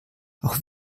auch